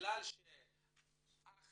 שבגלל שאח